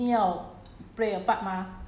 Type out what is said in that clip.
correct this one is you know